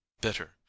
BITTER